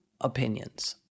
opinions